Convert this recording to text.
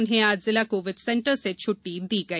उन्हें आज जिला कोविड सेंटर से छटटी दे दी गई